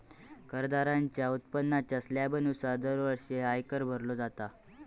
करदात्याच्या उत्पन्नाच्या स्लॅबनुसार दरवर्षी आयकर भरलो जाता